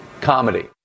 comedy